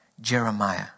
Jeremiah